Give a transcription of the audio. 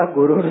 Guru